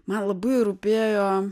man labai rūpėjo